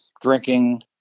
drinking